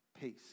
peace